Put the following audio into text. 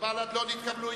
בל"ד לא נתקבלו.